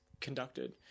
conducted